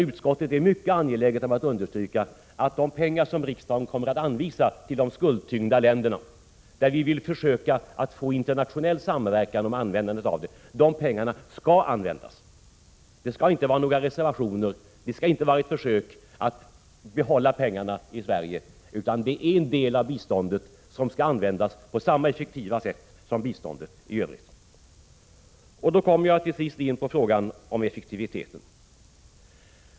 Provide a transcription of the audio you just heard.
Utskottet är mycket angeläget om att understryka att de pengar som riksdagen kommer att anvisa till de skuldtyngda länderna — varvid vi vill försöka åstadkomma internationell samverkan om användandet av medlen — skall användas. Det skall inte finnas några reservationer, vi skall inte försöka behålla pengarna i Sverige, pengarna skall användas på samma effektiva sätt som biståndet i övrigt. Då kommer jag in på frågan om effektiviteten.